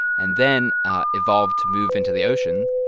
and then ah evolved to move into the ocean.